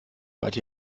wart